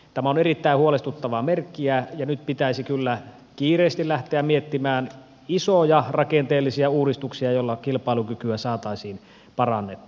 tämä on erittäin huolestuttava merkki ja nyt pitäisi kyllä kiireesti lähteä miettimään isoja rakenteellisia uudistuksia joilla kilpailukykyä saataisiin parannettua